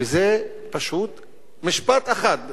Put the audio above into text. שזה פשוט משפט אחד,